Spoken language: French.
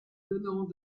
donnant